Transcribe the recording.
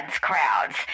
crowds